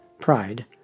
Pride